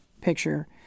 picture